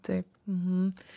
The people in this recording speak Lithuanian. taip mhm